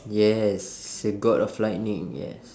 yes the god of lightning yes